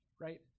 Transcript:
right